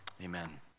amen